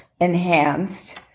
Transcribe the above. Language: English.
enhanced